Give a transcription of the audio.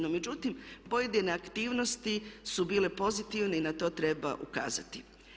No međutim, pojedine aktivnosti su bile pozitivne i na to treba ukazati.